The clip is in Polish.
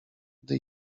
gdy